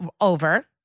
over